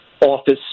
office